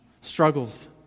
struggles